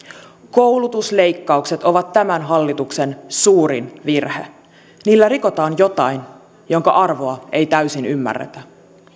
koulutusleikkaukset ovat tämän hallituksen suurin virhe niillä rikotaan jotain jonka arvoa ei täysin ymmärretä